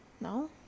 No